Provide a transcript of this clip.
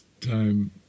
time